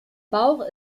bauch